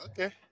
Okay